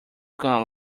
gonna